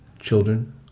children